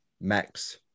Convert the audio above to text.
Max